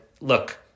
look